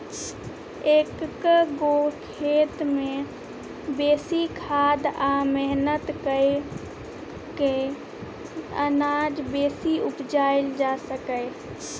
एक्क गो खेत मे बेसी खाद आ मेहनत कए कय अनाज बेसी उपजाएल जा सकैए